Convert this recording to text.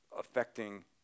affecting